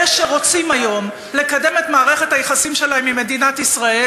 אלה שרוצים היום לקדם את מערכת היחסים שלהם עם מדינת ישראל,